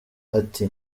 ati